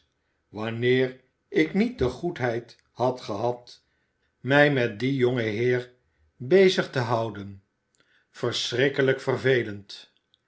wanneer ik niet de goedheid had gehad mij met dien jongen nancy gaat met fagin mede om geld te halen heer bezig te houden verschrikkelijk vervelend